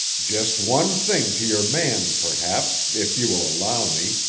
just one thing to your man, perhaps, if you will allow me,